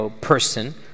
person